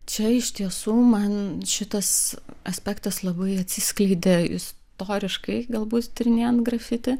čia iš tiesų man šitas aspektas labai atsiskleidė istoriškai galbūt tyrinėjant grafiti